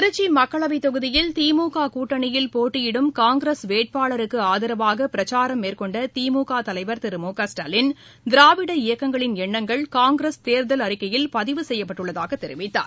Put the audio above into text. திருச்சிமக்களவைத் தொகுதியில் திமுககூட்டணியில் போட்டயிடும் காங்கிரஸ் வேட்பாளருக்குஆதரவாகபிரச்சாரம் மேற்கொண்டதிமுகதலைவர் திரு இயக்கங்களின் என்ணங்கள் காங்கிரஸ் தேர்தல் அறிக்கையில் பதிவு செய்யப்பட்டுள்ளதாகத் தெரிவித்தார்